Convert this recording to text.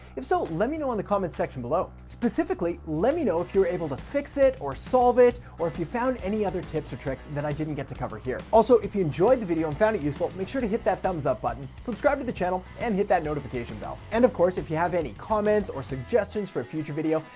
if so, let me know in the comments section below. specifically, let me know if you were able to fix it or solve it, or if you found any other tips or tricks that i didn't get to cover here. also, if you enjoyed the video and found it useful, make sure to hit that thumbs-up button, subscribe to the channel, and hit that notification bell. and of course, if you have any comments or suggestions for a future video,